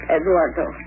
Eduardo